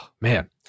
man